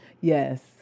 Yes